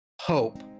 hope